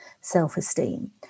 self-esteem